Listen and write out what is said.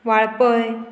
Valpoi